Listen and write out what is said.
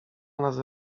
nazy